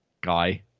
guy